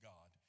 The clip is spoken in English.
God